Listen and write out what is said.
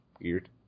weird